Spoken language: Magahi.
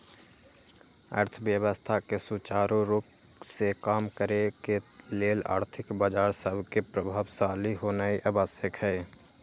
अर्थव्यवस्था के सुचारू रूप से काम करे के लेल आर्थिक बजार सभके प्रभावशाली होनाइ आवश्यक हइ